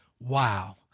Wow